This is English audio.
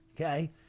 okay